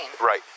Right